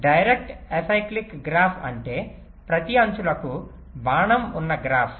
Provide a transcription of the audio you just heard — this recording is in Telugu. డైరెక్ట్ ఎసిక్లిక్ గ్రాఫ్ అంటే ప్రతి అంచులకు బాణం ఉన్న గ్రాఫ్